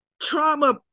Trauma